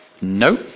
No